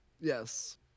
Yes